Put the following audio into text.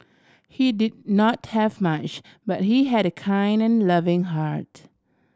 he did not have much but he had a kind loving heart